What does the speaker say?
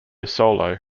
solo